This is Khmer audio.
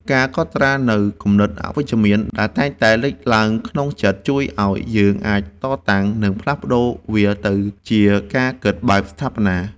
ការកត់ត្រានូវគំនិតអវិជ្ជមានដែលតែងតែលេចឡើងក្នុងចិត្ត ជួយឱ្យយើងអាចតតាំង និងផ្លាស់ប្តូរវាទៅជាការគិតបែបស្ថាបនា។